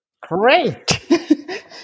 Great